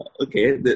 Okay